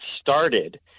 started